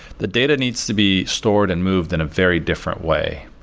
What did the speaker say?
the data needs to be stored and moved in a very different way.